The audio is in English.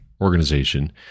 organization